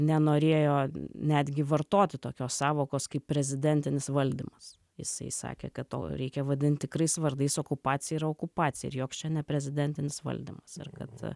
nenorėjo netgi vartoti tokios sąvokos kaip prezidentinis valdymas jisai sakė kad reikia vadint tikrais vardais okupacija yra okupacija ir joks čia ne prezidentinis valdymas ir kad